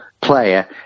player